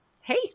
hey